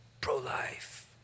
pro-life